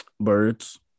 Birds